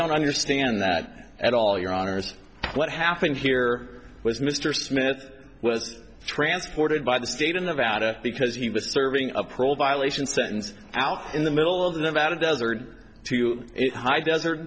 don't understand that at all your honour's what happened here was mr smith was transported by the state of nevada because he was serving of prole violation sentence out in the middle of the nevada desert to it high desert